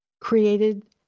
created